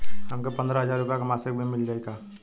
हमके पन्द्रह हजार रूपया क मासिक मिल जाई का?